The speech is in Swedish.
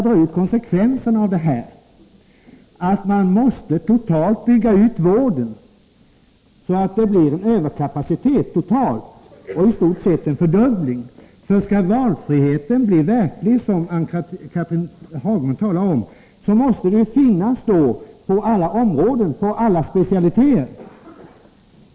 Ja, konsekvensen blir ju att man måste bygga ut vården, så att det blir en överkapacitet totalt, i stort sett en fördubbling. Skall valfrihet bli verklig, som Ann-Cathrine Haglund önskar, måste valfriheten finnas på alla områden och på alla specialiteter.